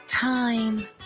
time